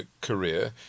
career